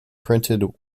printed